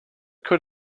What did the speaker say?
could